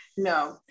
no